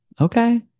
Okay